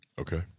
Okay